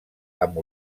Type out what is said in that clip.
amb